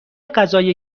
غذای